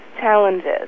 challenges